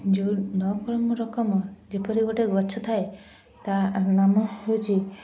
ଯେଉଁ ନ ରକମ ଯେପରିକି ଗୋଟେ ଗଛଥାଏ ତା ନାମ ହେଉଛି